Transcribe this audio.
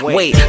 Wait